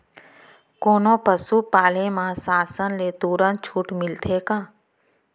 कोनो पसु पाले म शासन ले तुरंत छूट मिलथे का?